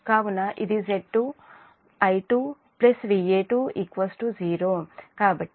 కాబట్టి ఇది Z2I2 Va2 0